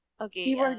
Okay